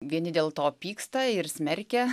vieni dėl to pyksta ir smerkia